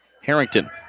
Harrington